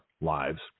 lives